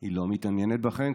היא לא מתעניינת בכם?